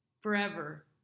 forever